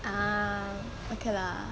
ah okay lah